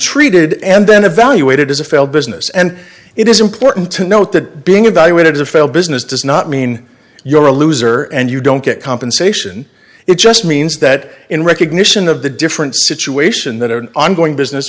treated and then evaluated as a failed business and it is important to note that being evaluated as a failed business does not mean you're a loser and you don't get compensation it just means that in recognition of the different situation that an ongoing business